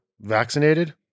vaccinated